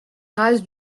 rase